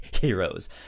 heroes